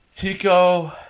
Tico